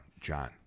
John